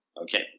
Okay